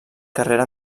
carrera